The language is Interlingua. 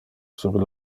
sur